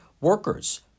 workers